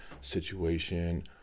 situation